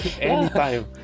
anytime